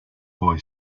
boy